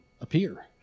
appear